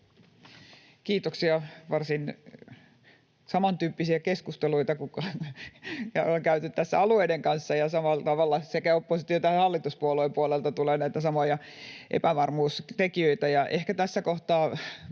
Kiitoksia! Varsin samantyyppisiä keskusteluita ollaan käyty tässä alueiden kanssa, ja samalla tavalla sekä oppositio‑ että hallituspuolueiden puolelta tulee näitä samoja epävarmuustekijöitä. Ehkä tässä kohtaa